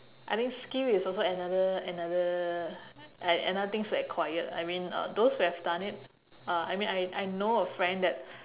I think skill is also another another like another things to acquire I mean uh those who have done it uh I mean I I know a friend that